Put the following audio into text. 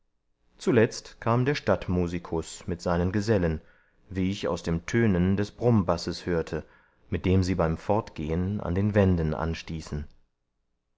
zuletzt kam der stadtmusikus mit seinen gesellen wie ich aus dem tönen des brummbasses hörte mit dem sie beim fortgehen an den wänden anstießen